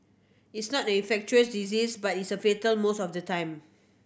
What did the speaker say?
it's not an infectious disease but it's a fatal most of the time